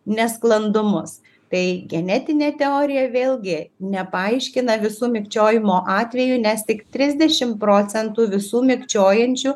nesklandumus tai genetinė teorija vėlgi nepaaiškina visų mikčiojimo atvejų nes tik trisdešim procentų visų mikčiojančių